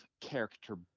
character